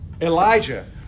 Elijah